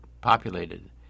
populated